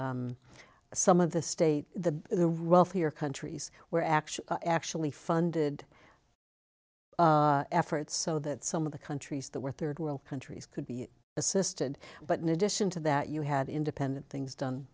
the some of the state the the real fear countries where actually actually funded efforts so that some of the countries that were third world countries could be assisted but in addition to that you had independent things done